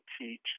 teach